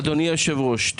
אדוני היושב-ראש,